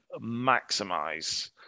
maximize